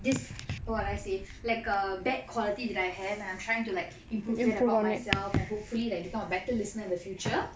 this what do I say like a bad quality that I have and I'm trying to like improve that about myself and hopefully like become a better listener in the future